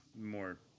more